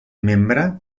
membre